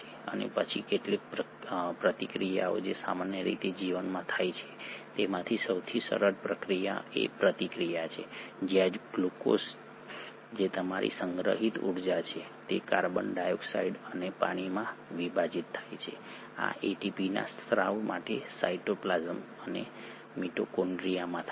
અને પછી કેટલીક પ્રતિક્રિયાઓ જે સામાન્ય રીતે જીવનમાં થાય છે તેમાંની સૌથી સરળ પ્રક્રિયા એ પ્રતિક્રિયા છે જ્યાં ગ્લુકોઝ જે તમારી સંગ્રહિત ઊર્જા છે તે કાર્બન ડાયોક્સાઇડ અને પાણીમાં વિભાજિત થાય છે આ એટીપીના સ્ત્રાવ માટે સાઇટોપ્લાસમ અને મિટોકોન્ડ્રિયામાં થાય છે